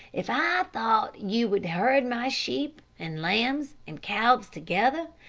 if i thought you would herd my sheep and lambs and calves together,